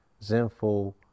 zenful